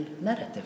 narrative